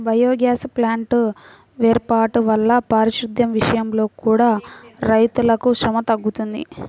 biogas ప్లాంట్ల వేర్పాటు వల్ల పారిశుద్దెం విషయంలో కూడా రైతులకు శ్రమ తగ్గుతుంది